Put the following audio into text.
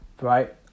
Right